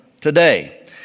today